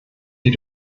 die